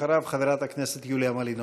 אחריו, חברת הכנסת יוליה מלינובסקי.